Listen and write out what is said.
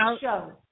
show